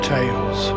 Tales